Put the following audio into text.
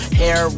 hair